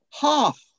half